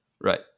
Right